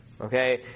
Okay